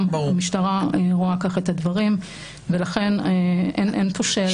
גם המשטרה רואה כך את הדברים ולכן אין פה שאלה.